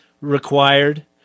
required